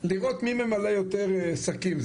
לראות מי ממלא יותר שקים.